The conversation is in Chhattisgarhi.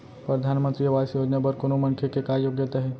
परधानमंतरी आवास योजना बर कोनो मनखे के का योग्यता हे?